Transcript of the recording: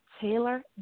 Taylor